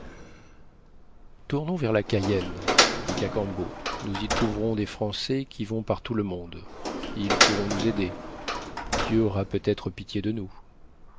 tournons vers la cayenne dit cacambo nous y trouverons des français qui vont par tout le monde ils pourront nous aider dieu aura peut-être pitié de nous